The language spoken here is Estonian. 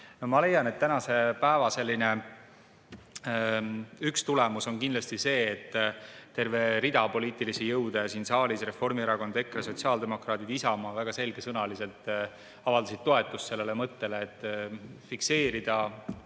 leian, et tänase päeva üks tulemus on kindlasti see: terve rida poliitilisi jõude siin saalis – Reformierakond, EKRE, sotsiaaldemokraadid ja Isamaa –, kes väga selgesõnaliselt avaldasid toetust sellele mõttele, et fikseerida